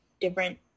Different